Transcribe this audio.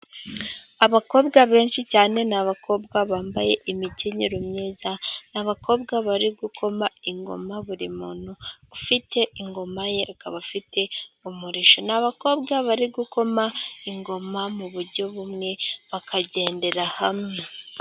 Abakobwa benshi cyane, ni abakobwa bambaye imikenyero myiza, ni abakobwa bari gukoma ingoma, buri muntu ufite ingoma ye, akaba afite umurishyo. Ni abakobwa bari gukoma ingoma mu buryo bumwe, bakagendera hamwe.